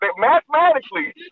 mathematically